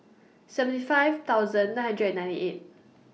seventy five thousand nine hundred and ninety eight